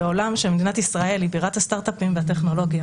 בעולם שבו מדינת ישראל היא בירת הסטרטאפים והטכנולוגיה,